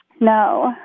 No